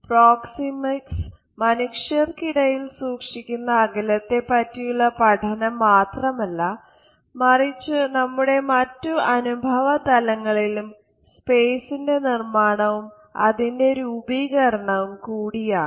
proxemics മനുഷ്യർക്കിടയിൽ സൂക്ഷിക്കുന്ന അകലത്തെപ്പറ്റിയുള്ള പഠനം മാത്രമല്ല മറിച്ച് നമ്മുടെ മറ്റു അനുഭവ തലങ്ങളിൽ സ്പേസിന്റെ നിർമാണവും അതിന്റെ രൂപീകരണവും കൂടിയാണ്